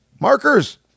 markers